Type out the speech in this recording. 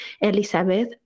Elizabeth